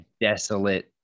desolate